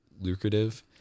lucrative